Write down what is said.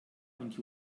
und